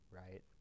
right